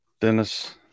Dennis